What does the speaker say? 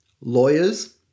lawyers